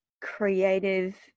creative